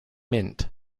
mint